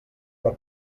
per